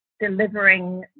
delivering